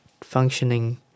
functioning